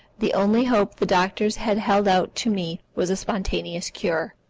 the only hope the doctors had held out to me was a spontaneous cure,